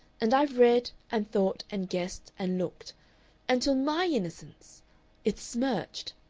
and i've read, and thought, and guessed, and looked until my innocence it's smirched.